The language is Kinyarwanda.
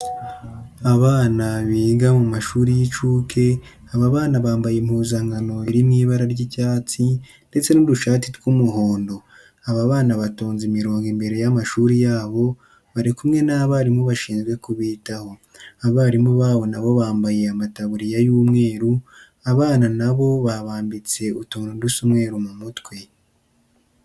Abana biga mu mashuri y'incuke, aba bana bambaye impuzankano iri mu ibara ry'icyatsi ndetse n'udushati tw'umuhondo. Aba bana batonze imirongo imbere y'amashuri yabo bari kumwe n'abarimu bashinzwe kubitaho. Abarimu babo na bo bambaye amataburiya y'umweru. Abana na bo babambitse utuntu dusa umweru mu mutwe.